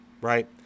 right